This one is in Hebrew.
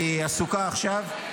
היא עסוקה עכשיו,